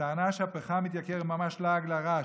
הטענה שהפחם התייקר היא ממש לעג לרש,